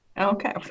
Okay